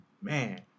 Man